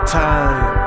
time